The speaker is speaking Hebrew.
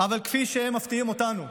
אבל כפי שהם מפתיעים אותנו,